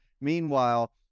Meanwhile